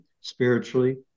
spiritually